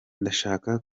ndashaka